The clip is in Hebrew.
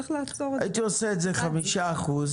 הייתי עושה את זה 5 אחוזים